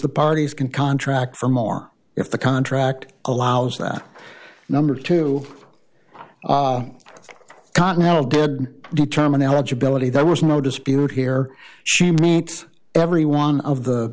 the parties can contract for more if the contract allows that number to connel did determine eligibility there was no dispute here she meets every one of the